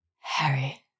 Harry